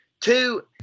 two